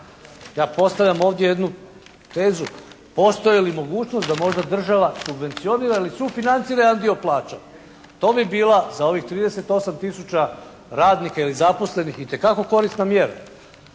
Ja postavljam ovdje jednu tezu, postoji li mogućnost da možda država subvencionira ili sufinancira jedan dio plaća, to bi bila za ovih 38 tisuća radnika ili zaposlenih itekako korisna mjera.